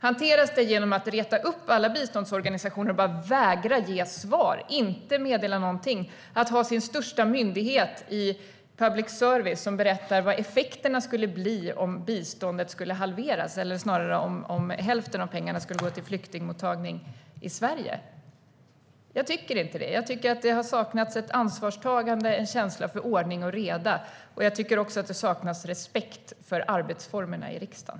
Hanteras det genom att reta upp alla biståndsorganisationer och bara vägra ge svar, inte meddela någonting? Hanteras det genom att den största public service-myndigheten berättar vad effekterna skulle bli om biståndet skulle halveras, eller snarare om hälften av pengarna skulle gå till flyktingmottagning i Sverige? Jag tycker inte det. Jag tycker att det har saknats ett ansvarstagande, en känsla för ordning och reda, och jag tycker också att det saknas respekt för arbetsformerna i riksdagen.